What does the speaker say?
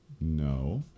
No